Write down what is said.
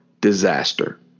disaster